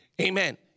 Amen